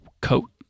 coat